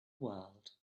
world